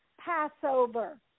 Passover